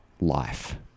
life